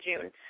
June